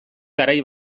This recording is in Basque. garai